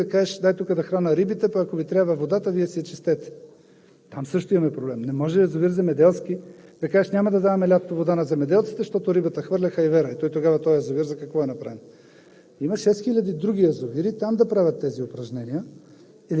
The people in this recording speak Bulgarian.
този язовир е за енергетика. Не може за язовир за питейно-битови цели да кажеш: дай тука да храня рибите, а пък ако Ви трябва водата, Вие си я чистете. Там също имаме проблем. Не може за земеделски язовир да кажеш: няма да даваме лятото вода на земеделците, защото рибата хвърля хайвера. Тогава този язовир за какво е направен?